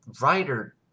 writer